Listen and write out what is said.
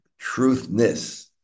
truthness